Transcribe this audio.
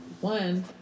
one